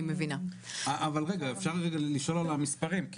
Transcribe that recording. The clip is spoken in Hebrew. אפשר לשאול על המספרים.